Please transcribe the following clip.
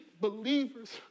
believers